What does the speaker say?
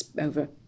over